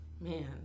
man